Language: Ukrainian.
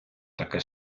таке